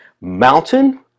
mountain